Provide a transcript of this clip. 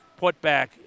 putback